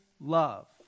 love